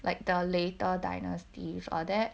like the later dynasties all that